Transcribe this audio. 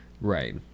Right